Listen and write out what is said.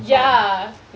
ya